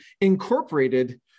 incorporated